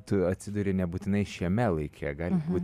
tu atsiduri nebūtinai šiame laike gali būti